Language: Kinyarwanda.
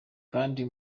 kandi